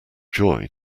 joy